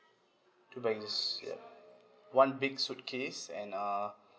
two baggages ya one big suitcase and uh